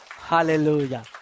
Hallelujah